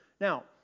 Now